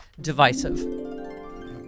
divisive